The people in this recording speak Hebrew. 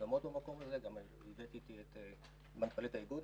המוקדמות הבאתי איתי גם את מנכ"לית האיגוד,